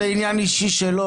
זה עניין אישי שלו,